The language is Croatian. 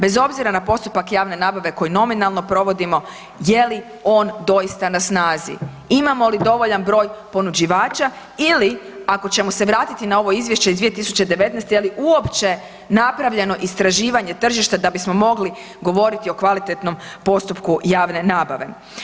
Bez obzira na postupak javne nabave koji nominalno provodimo je li on doista na snazi, imamo li dovoljan broj ponuđivača ili ako ćemo se vratiti na ovo izvješće iz 2019. je li uopće napravljeno istraživanje tržišta da bismo mogli govoriti o kvalitetnom postupku javne nabave.